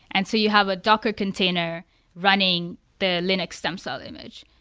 and so you have a docker container running the linux stem cell image.